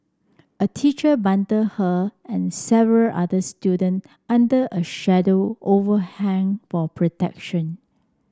a teacher bundled her and several other student under a shallow overhang for protection